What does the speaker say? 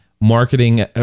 marketing